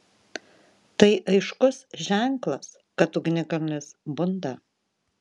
tai aiškus ženklas kad ugnikalnis bunda